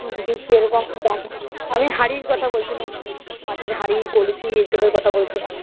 বলছি কী রকম দাম আমি হাড়ির কথা বলছিলাম মাটির হাড়ি কলসি এসবের কথা বলছিলাম